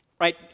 Right